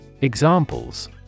Examples